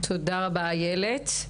תודה רבה, איילת.